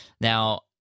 Now